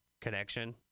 connection